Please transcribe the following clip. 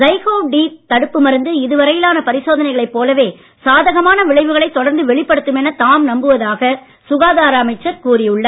ZyCoV D தடுப்பு மருந்து இதுவரையிலான பரிசோதனைகளைப் போலவே சாதகமான விளைவுகளை தொடர்ந்து வெளிப்படுத்தும் என தாம் நம்புவதாக சுகாதார அமைச்சர் கூறி உள்ளார்